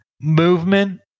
movement